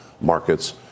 markets